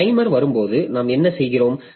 timer வரும்போது நாம் என்ன செய்கிறோம்